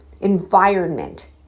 environment